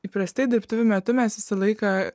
įprastai dirbtuvių metu mes visą laiką